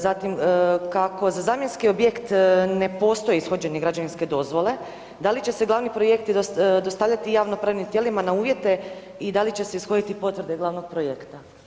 Zatim, kako za zamjenski objekt ne postoji ishođenje građevinske dozvole, da li će se glavni projekti dostavljati javnopravnim tijelima na uvjete i da li će se ishoditi potvrde glavnog projekta?